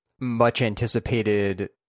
much-anticipated